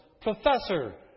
Professor